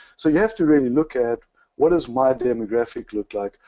so you have to really look at what does my demographic look like?